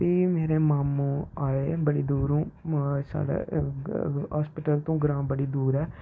फ्ही मेरे मामू आए बड़े दूरूं साढ़े हास्पिटल तों ग्रांऽ बड़ी दूर ऐ